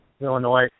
Illinois